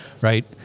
Right